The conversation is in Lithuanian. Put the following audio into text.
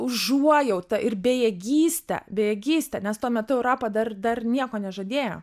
užuojauta ir bejėgyste bejėgyste nes tuo metu europa dar dar nieko nežadėjo